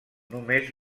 només